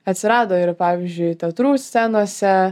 atsirado ir pavyzdžiui teatrų scenose